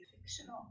fictional